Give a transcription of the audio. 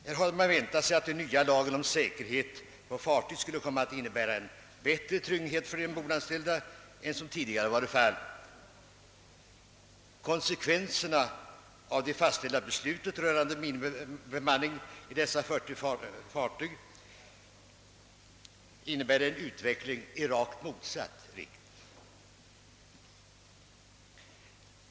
Här hade man väntat sig att den nya lagen om säkerhet på fartyg skulle komma att innebära bättre trygghet för de ombordanställda än tidigare. Men konsekvenserna av det fastställda beslutet rörande minimibemanning å dessa 40 fartyg innebär en utveckling i rakt motsatt riktning.